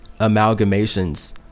amalgamations